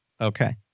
Okay